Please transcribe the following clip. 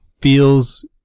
Feels